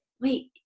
wait